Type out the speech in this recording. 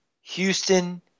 Houston